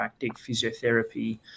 physiotherapy